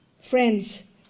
Friends